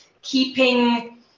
keeping